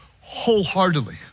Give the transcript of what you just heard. wholeheartedly